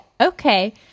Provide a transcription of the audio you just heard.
okay